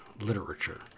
literature